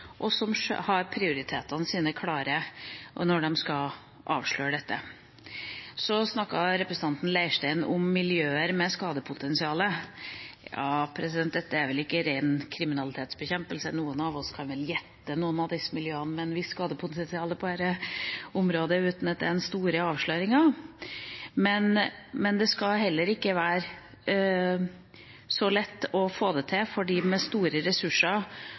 og som har prioriteringene sine klare når de skal avsløre dette. Representanten Leirstein snakket om miljøer med skadepotensial. Dette er vel ikke ren kriminalitetsbekjempelse. Noen av oss kan vel gjette oss til noen av miljøene med et visst skadepotensial på dette området, uten at det er den store avsløringa. Men det skal heller ikke være så lett å få det til. De med store ressurser